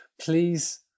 please